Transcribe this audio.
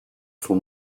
son